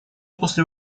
после